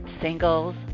Singles